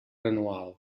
anual